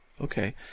okay